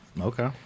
Okay